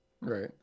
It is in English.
right